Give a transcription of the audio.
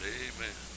amen